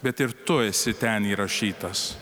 bet ir tu esi ten įrašytas